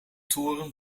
toren